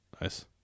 Nice